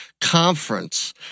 Conference